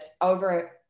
over